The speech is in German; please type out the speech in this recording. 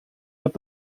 wird